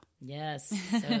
Yes